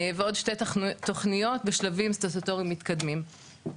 ועוד שתי תוכניות בשלבים סטטוטוריים מתקדמים.